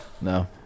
No